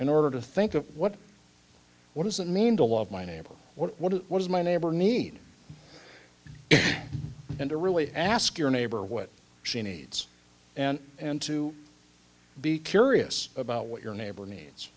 in order to think of what what does it mean to love my neighbor what it was my neighbor need and to really ask your neighbor what she needs and and to be curious about what your neighbor needs